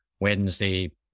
wednesday